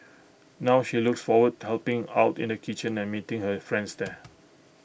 now she looks forward helping out in the kitchen and meeting her friends there